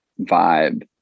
vibe